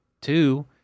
Two